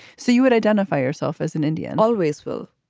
so you would identify yourself as in india? and always will